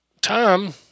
Tom